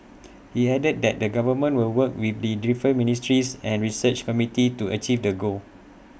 he added that the government will work with the different ministries and research community to achieve the goal